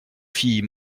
fit